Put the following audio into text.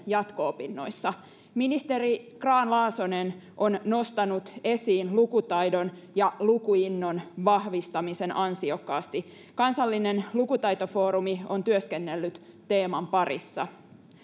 jatko opinnoissa ministeri grahn laasonen on nostanut esiin lukutaidon ja lukuinnon vahvistamisen ansiokkaasti kansallinen lukutaitofoorumi on työskennellyt teeman parissa